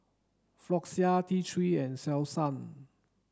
Floxia T three and Selsun